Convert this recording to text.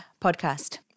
podcast